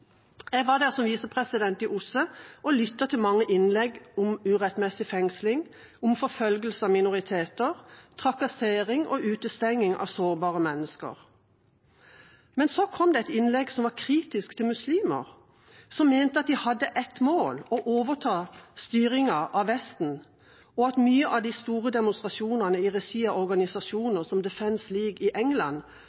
Jeg var der som visepresident i OSSE og lyttet til mange innlegg om urettmessig fengsling, om forfølgelse av minoriteter, trakassering og utestenging av sårbare mennesker. Men så kom det et innlegg som var kritisk til muslimer, som mente at de hadde ett mål:,å overta styringen av Vesten, og at mye av de store demonstrasjonene i